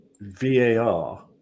VAR